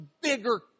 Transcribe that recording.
bigger